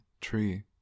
tree